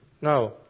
Now